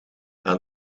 aan